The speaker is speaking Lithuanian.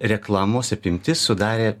reklamos apimtis sudarė